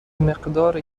مقدار